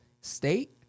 state